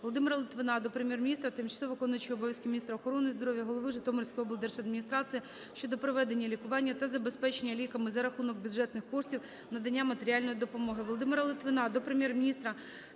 Володимира Литвина до Прем'єр-міністра, тимчасово виконуючої обов'язки міністра охорони здоров'я, голови Житомирської облдержадміністрації щодо проведення лікування та забезпечення ліками за рахунок бюджетних коштів; надання матеріальної допомоги. Володимира Литвина до Прем'єр-міністра,